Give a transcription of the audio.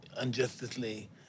unjustly